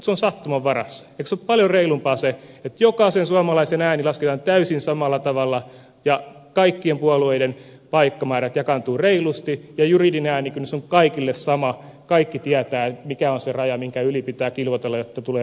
eikö ole paljon reilumpaa se että jokaisen suomalaisen ääni lasketaan täysin samalla tavalla ja kaikkien puolueiden paikkamäärät jakaantuvat reilusti ja juridinen äänikynnys on kaikille sama kaikki tietävät mikä on se raja minkä yli pitää kilvoitella jotta tulee eduskuntaan valittua